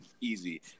Easy